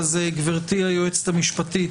גברתי היועצת המשפטית,